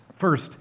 First